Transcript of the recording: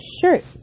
shirt